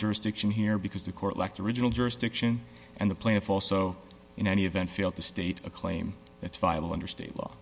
jurisdiction here because the court lacked the original jurisdiction and the plaintiff also in any event failed to state a claim that's viable under state law